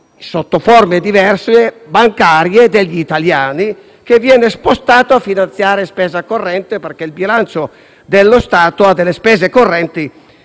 sotto forme diverse, degli italiani, che viene spostato per finanziare la spesa corrente, perché il bilancio dello Stato ha delle spese correnti